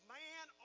man